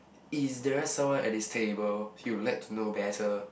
is there someone at this table you would like to know better